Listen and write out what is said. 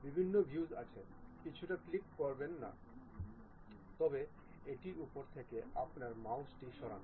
বিভিন্ন ভিউস আছে কিছুতে ক্লিক করবেন না তবে এটির উপর থেকে আপনার মাউসটি সরান